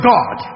God